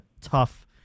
tough